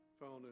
found